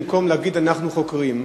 במקום להגיד: אנחנו חוקרים.